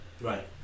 right